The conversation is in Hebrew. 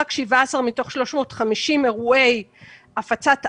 רק 17 מתוך 350 אירועי הפצת-על,